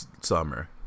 summer